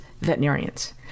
veterinarians